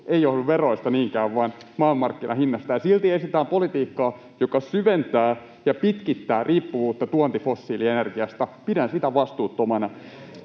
niinkään veroista vaan maailmanmarkkinahinnasta, ja silti esitetään politiikkaa, joka syventää ja pitkittää riippuvuutta tuontifossiilienergiasta. Pidän sitä vastuuttomana.